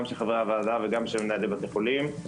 גם של חברי הוועדה וגם של מנהלי בתי החולים.